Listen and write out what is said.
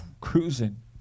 cruising